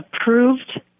approved